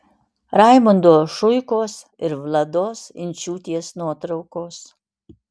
raimundo šuikos ir vlados inčiūtės nuotraukos